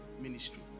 ministry